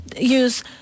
use